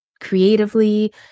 creatively